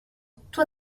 toi